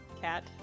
cat